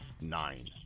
nine